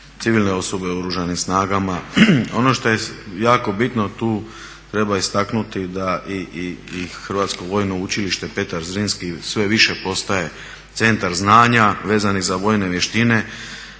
civilne osobe u Oružanim snagama. Ono što je jako bitno, tu treba istaknuti da i Hrvatsko vojno učilište Petar Zrinski sve više postaje centar znanja vezanih za vojne vještine,